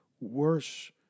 worse